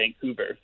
Vancouver